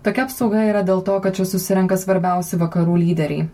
tokia apsauga yra dėl to kad čia susirenka svarbiausi vakarų lyderiai